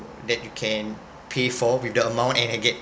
that you can pay for with the amount and and get